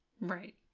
Right